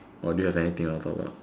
or do you have anything you want talk about